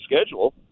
schedule